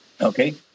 okay